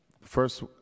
First